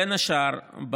בין השאר,